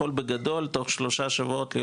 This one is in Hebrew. הוא יכול בגדול תוך שלושה שבועות.